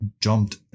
jumped